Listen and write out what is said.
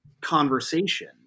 conversation